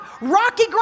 rocky